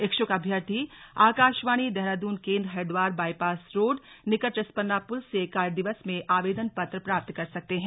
इच्छुक अभ्यर्थी आकाशवाणी देहरादून केंद्र हरिद्वार बाइपास रोड निकट रिस्पना पुल से कार्य दिवस में आवेदन पत्र प्राप्त कर सकते हैं